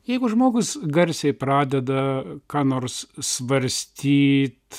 jeigu žmogus garsiai pradeda ką nors svarstyt